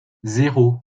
zéro